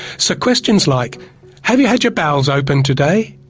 so questions like have you had your bowels open today?